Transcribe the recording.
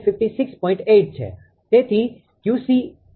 8 છે